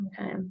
Okay